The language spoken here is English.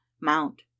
mount